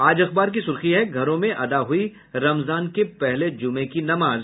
आज अखबार की सुर्खी है घरों में अदा हुई रमजान के पहले जुमे की नमाज